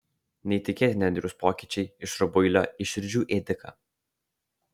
neįtikėtini andriaus pokyčiai iš rubuilio į širdžių ėdiką